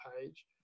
page